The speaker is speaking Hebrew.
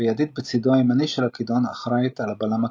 וידית בצדו הימני של הכידון אחראית על הבלם הקדמי.